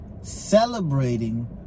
Celebrating